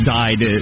died